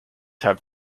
have